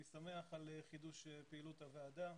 אני שמח על חידוש פעילות הוועדה.